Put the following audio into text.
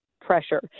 pressure